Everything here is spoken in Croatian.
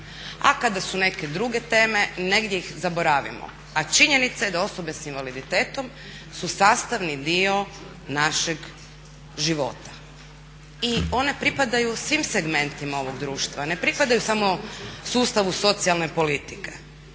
A kada su neke druge teme negdje ih zaboravimo, a činjenica je da osobe sa invaliditetom su sastavni dio našeg života i one pripadaju svim segmentima ovog društva. Ne pripadaju samo sustavu socijalne politike